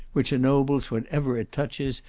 which ennobles whatever it touches,